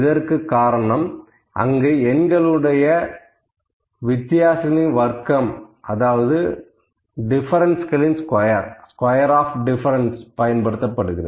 இதற்கு காரணம் அங்கு எண்களுடைய வித்தியாசங்களின் வர்க்கம் அதாவது டிஃபரண்ஸ்களின் ஸ்கொயர் பயன்படுத்தப்படுகிறது